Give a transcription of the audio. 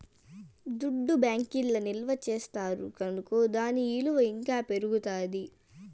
దుడ్డు బ్యాంకీల్ల నిల్వ చేస్తారు కనుకో దాని ఇలువ ఇంకా పెరుగుతాది